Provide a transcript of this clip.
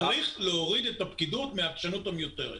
צריך להוריד את הפקידוּת מהעקשנות המיותרת.